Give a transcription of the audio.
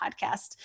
podcast